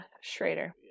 Schrader